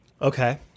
Okay